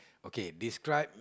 okay describe